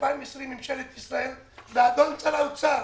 שב-2020 ממשלת ישראל ואדון שר האוצר